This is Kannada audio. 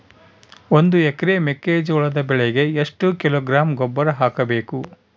ಒಂದು ಎಕರೆ ಮೆಕ್ಕೆಜೋಳದ ಬೆಳೆಗೆ ಎಷ್ಟು ಕಿಲೋಗ್ರಾಂ ಗೊಬ್ಬರ ಹಾಕಬೇಕು?